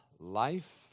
Life